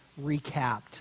recapped